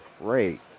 great